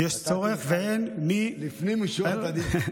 נתתי לך לפני משורת הדין.